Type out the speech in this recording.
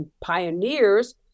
pioneers